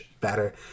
better